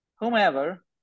whomever